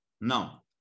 Now